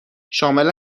شامل